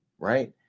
Right